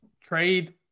trade